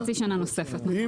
עד חצי שנה נוספת, נכון.